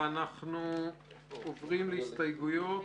ואנחנו עוברים להסתייגויות --- רגע,